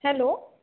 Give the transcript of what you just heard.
hello